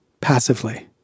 passively